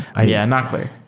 ah yeah, not clear.